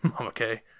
Okay